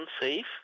unsafe